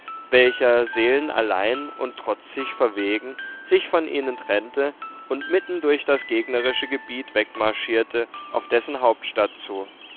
welcher seelenallein und trotzig verwegen sich von ihnen trennte und mitten durch das gegnerische gebiet wegmarschierte auf dessen hauptstadt zu